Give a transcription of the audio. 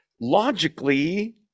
Logically